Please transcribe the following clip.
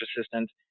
assistant